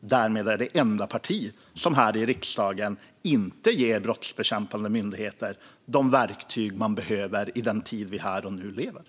därmed är det enda parti som här i riksdagen inte vill ge brottsbekämpande myndigheter de verktyg de behöver i den tid vi lever i.